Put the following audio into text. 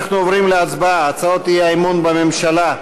אנחנו עוברים להצבעה על הצעות האי-אמון בממשלה.